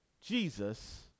Jesus